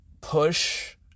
push